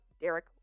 Derek